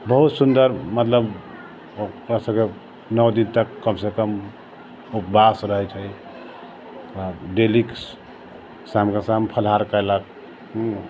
बहुत सुन्दर मतलब अपनासभके नओ दिनतक कमसँ कम उपवास रहैत छै आ डेलीक शामके शाम फलाहार कयलक हुँ